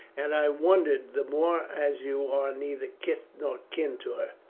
and i wondered the more as you are neither kith nor kin to,